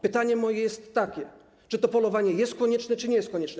Pytanie moje jest takie: Czy to polowanie jest konieczne, czy nie jest konieczne?